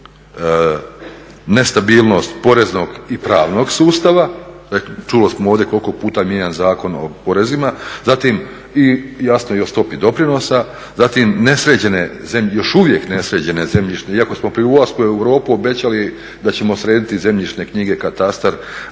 nestabilnost poreznog i pravnog sustava, čuli smo ovdje koliko puta je mijenjan Zakon o porezima. Zatim, i jasno i o stopi doprinosa, zatim nesređene, još uvijek nesređene zemljišne, iako smo prije ulaska u Europu da ćemo srediti zemljišne knjige, katastar,